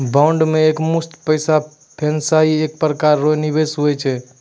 bond मे एकमुस्त पैसा फसैनाइ एक प्रकार रो निवेश हुवै छै